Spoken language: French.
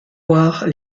noirs